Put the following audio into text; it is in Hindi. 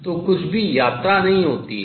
तो कुछ भी travel यात्रा नहीं होती है